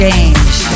change